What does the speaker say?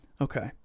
Okay